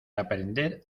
aprender